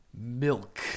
Milk